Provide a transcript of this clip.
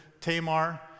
Tamar